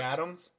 Adams